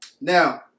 now